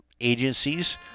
agencies